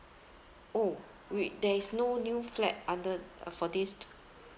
oh wait there is no new flat under for this